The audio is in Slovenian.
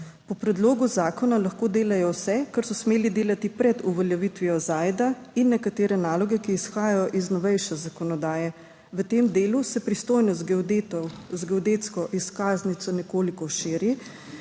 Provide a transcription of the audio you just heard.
Po predlogu zakona lahko delajo vse, kar so smeli delati pred uveljavitvijo ZAID, in nekatere naloge, ki izhajajo iz novejše zakonodaje. V tem delu se pristojnost geodetov z geodetsko izkaznico nekoliko širi,